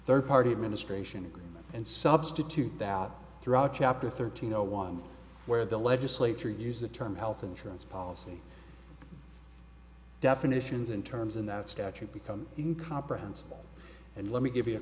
third party administration agreement and substitute that out throughout chapter thirteen no one where the legislature used the term health insurance policy definitions and terms in that statute become in comprehensible and let me give